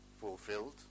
fulfilled